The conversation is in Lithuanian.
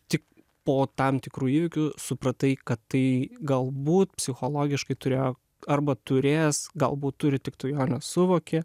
tik po tam tikrų įvykių supratai kad tai galbūt psichologiškai turėjo arba turės galbūt turi tik tu jo nesuvoki